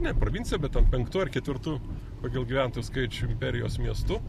ne provincija bet ten penktu ar ketvirtu pagal gyventojų skaičių imperijos miestu